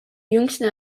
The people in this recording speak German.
jüngsten